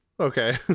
okay